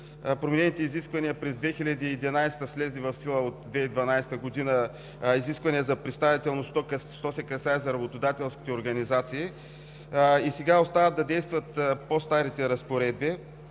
променените изисквания през 2011 г., влезли в сила 2012 г. –изисквания за представителност, що се касае за работодателските организации. Сега остават да действат по-старите разпоредби.